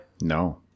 no